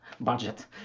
budget